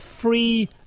Free